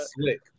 slick